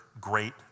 great